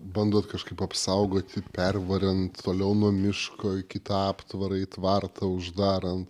bandot kažkaip apsaugoti pervarant toliau nuo miško į kitą aptvarą į tvartą uždarant